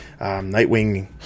Nightwing